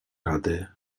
rady